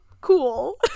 cool